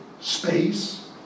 space